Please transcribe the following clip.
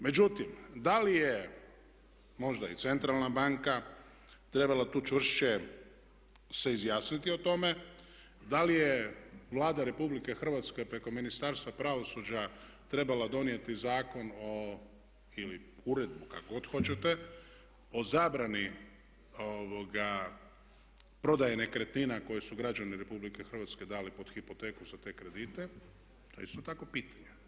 Međutim, da li je možda i centralna banka trebala tu čvršće se izjasniti o tome, da li je Vlada Republike Hrvatske preko Ministarstva pravosuđa trebala donijeti zakon ili uredbu kako god hoćete o zabrani prodaje nekretnina koje su građani Republike Hrvatske dali pod hipoteku za te kredite, to je isto tako pitanje.